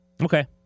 Okay